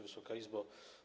Wysoka Izbo!